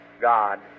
god